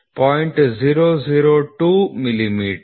002 millimetre